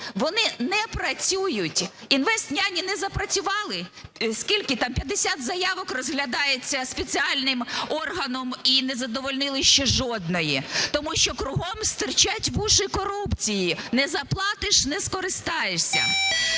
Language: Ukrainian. вони не працюють. "Інвестняні" не запрацювали? Скільки там, 50 заявок розглядається спеціальним органом, і не задовольнили ще жодної, тому що кругом стирчать вуха корупції: не заплатиш – не скористаєшся.